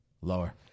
Lower